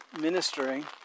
ministering